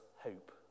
hope